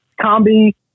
combi